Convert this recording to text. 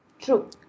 True